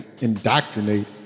indoctrinate